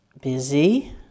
busy